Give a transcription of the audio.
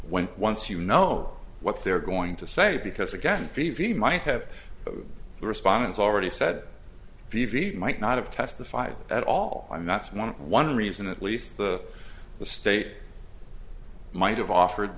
when once you know what they're going to say because again t v might have the respondents already said pvp might not have testified at all i mean that's one one reason at least the the state might have offered